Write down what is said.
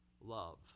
love